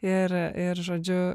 ir ir žodžiu